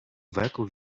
veku